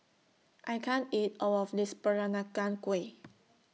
I can't eat All of This Peranakan Kueh